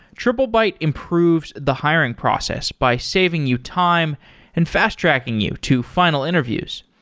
triplebyte improves the hiring process by saving you time and fast-tracking you to final interviews.